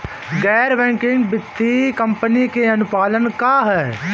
गैर बैंकिंग वित्तीय कंपनी के अनुपालन का ह?